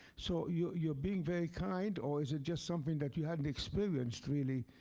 so, you're you're being very kind? or is it just something that you hadn't experienced really,